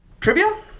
Trivia